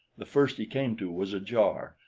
the first he came to was ajar,